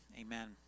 amen